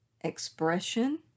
expression